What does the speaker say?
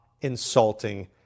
insulting